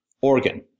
organ